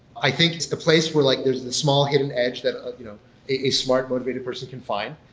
i think it's the place where like there's this small hidden edge that ah you know a smart motivated person can find,